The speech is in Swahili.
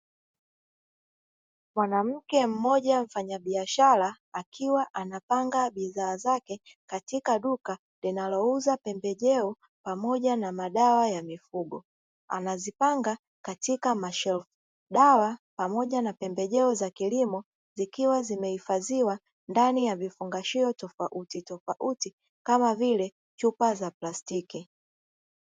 Mwanamke mmoja mfanyabiashara, akiwa anapanga bidhaa zake katika duka linalouza pembejeo pamoja na madawa ya mifugo. Anazipanga katika mashelfu, dawa pamoja na pembejeo za kilimo zikiwa zimehifadhiwa ndani ya vifungashio tofautitofauti kama vile chupa za plastiki.